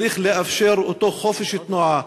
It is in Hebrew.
צריך לאפשר אותו חופש תנועה,